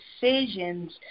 decisions